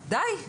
די.